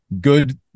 good